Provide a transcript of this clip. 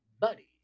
Buddy